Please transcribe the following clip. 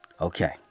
Okay